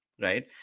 right